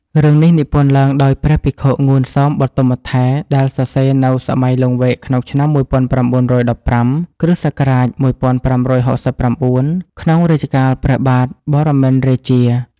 រឿងនេះនិពន្ធឡើងដោយ ព្រះភិក្ខុ ងួន សោម បទុមត្ថេរ ដែលសរសេរនៅសម័យលង្វែកក្នុងឆ្នាំ ១៩១៥ គ្រិស្តសករាជ ១៥៦៩ ក្នុងរជ្ជកាលព្រះបាទបរមិន្ទរាជា។